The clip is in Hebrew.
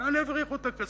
לאן יבריחו את הכסף?